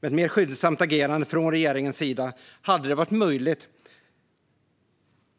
Med ett mer skyndsamt agerande från regeringens sida hade det varit möjligt